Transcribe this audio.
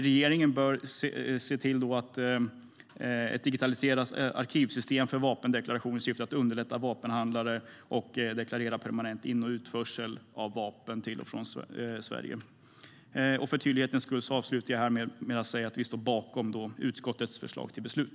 Regeringen bör se till att det införs ett digitaliserat arkivsystem för vapendeklaration i syfte att underlätta för vapenhandlare att deklarera permanent in och utförsel av vapen till och från Sverige. För tydlighetens skull avslutar jag med att säga att vi står bakom utskottets förslag till beslut.